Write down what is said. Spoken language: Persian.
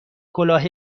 کلاه